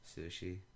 sushi